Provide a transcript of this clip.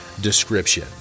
Description